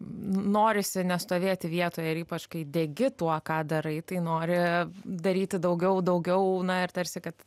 n norisi nestovėti vietoj ypač kai degi tuo ką darai tai nori daryti daugiau daugiau na ir tarsi kad